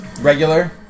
regular